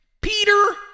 Peter